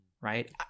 right